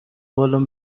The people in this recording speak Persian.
بالن